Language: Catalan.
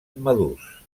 madurs